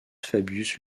fabius